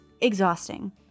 exhausting